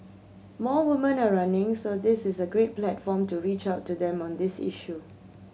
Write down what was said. more women are running so this is a great platform to reach out to them on this issue